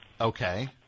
Okay